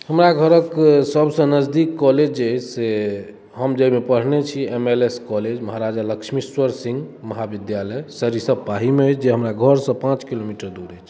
हमरा घरके सबसँ नजदीक कॉलेज जे अछि से हम जाहिमे पढ़ने छी M L S college Maharaja Lakshmeshwar Singh महाविद्यालय सरिसब पाहीमे अछि जे हमरा घरसँ पाँच किलोमीटर दूर अछि